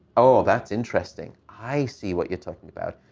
ah that's interesting. i see what you're talking about.